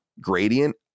gradient